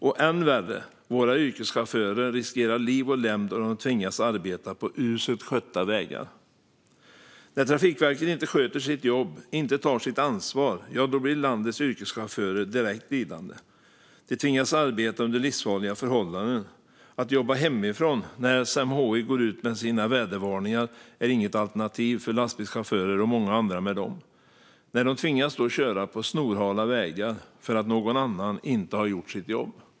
Och än värre, våra yrkeschaufförer riskerar liv och lem då de tvingas arbeta på uselt skötta vägar. När Trafikverket inte sköter sitt jobb, inte tar sitt ansvar, ja, då blir landets yrkeschaufförer direkt lidande. De tvingas arbeta under livsfarliga förhållanden. Att jobba hemifrån när SMHI går ut med sina vädervarningar är inget alternativ för lastbilschaufförer och många andra med dem. Nej, de tvingas då köra på snorhala vägar. För att någon annan inte har gjort sitt jobb."